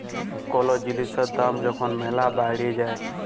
call জিলিসের দাম যখল ম্যালা বাইড়ে যায়